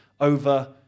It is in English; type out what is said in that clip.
over